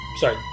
sorry